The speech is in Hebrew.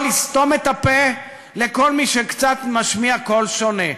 לסתום את הפה לכל מי שקצת משמיע קול שונה,